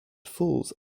falls